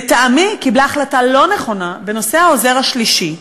לטעמי קיבלה החלטה לא נכונה בנושא העוזר השלישי.